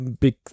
big